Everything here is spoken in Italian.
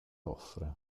offre